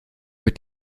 mit